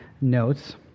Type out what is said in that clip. notes